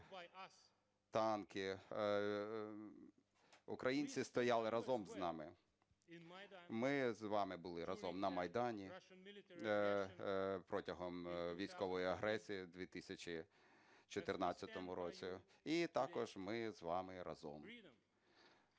танки… Українці стояли разом з нами. Ми з вами були разом на Майдані протягом військової агресії в 2014 році, і також ми з вами разом